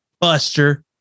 Buster